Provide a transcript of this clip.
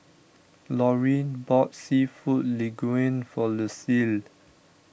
Laurene bought Seafood Linguine for Lucile